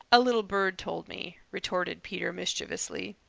a little bird told me, retorted peter mischievously.